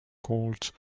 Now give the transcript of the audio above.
called